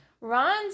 ron's